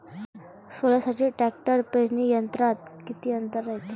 सोल्यासाठी ट्रॅक्टर पेरणी यंत्रात किती अंतर रायते?